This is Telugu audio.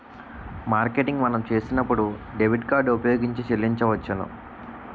మార్కెటింగ్ మనం చేసినప్పుడు డెబిట్ కార్డు ఉపయోగించి చెల్లించవచ్చును